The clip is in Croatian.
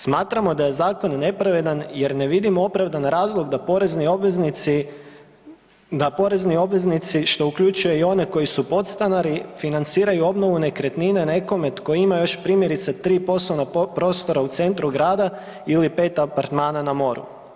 Smatramo da je zakon nepravedan jer ne vidimo opravdan razlog da porezni obveznici, da porezni obveznici što uključuje i one koji su podstanari financiraju obnovu nekretnine nekome tko ima još primjerice 3 poslovna prostora u centru grada ili 5 apartmana na moru.